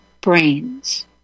brains